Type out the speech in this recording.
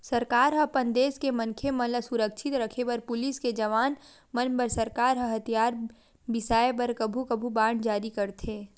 सरकार ह अपन देस के मनखे मन ल सुरक्छित रखे बर पुलिस के जवान मन बर सरकार ह हथियार बिसाय बर कभू कभू बांड जारी करथे